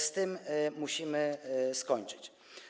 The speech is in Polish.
Z tym musimy skończyć.